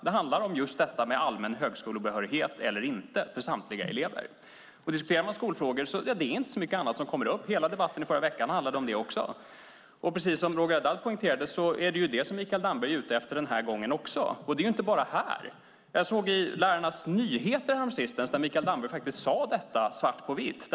Det handlar om just allmän högskolebehörighet eller inte för samtliga elever. Diskuterar man skolfrågor är det inte så mycket annat som kommer upp. Hela debatten i förra veckan handlade också om det. Precis som Roger Haddad poängterade är det ju det som Mikael Damberg är ute efter den här gången också. Och det är inte bara här. Jag såg i Lärarnas Nyheter häromsistens att Mikael Damberg faktiskt sade detta svart på vitt.